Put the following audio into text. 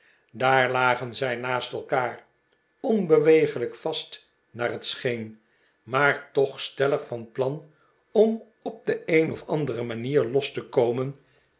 daar lagen zij naast elkaar onbeweeglijk vast naar het scheen maar toch stellig van plan om op de een of andere manier los te komen